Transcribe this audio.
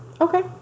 Okay